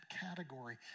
category